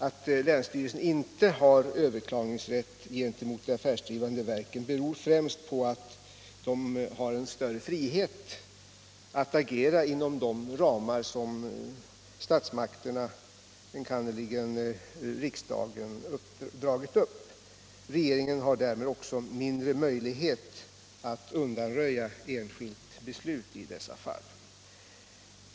Att länsstyrelsen inte har överklagningsrätt gentemot de affärsdrivande verken beror främst på att verken har större frihet att agera inom de ramar som statsmakterna, enkannerligen riksdagen, dragit upp. Regeringen har därmed också mindre möjlighet att undanröja enskilt beslut i dessa fall.